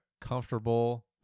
comfortable